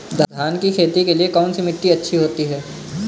धान की खेती के लिए कौनसी मिट्टी अच्छी होती है?